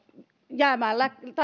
jättämään